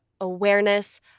awareness